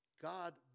God